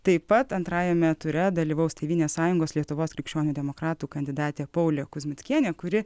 taip pat antrajame ture dalyvaus tėvynės sąjungos lietuvos krikščionių demokratų kandidatė paulė kuzmickienė kuri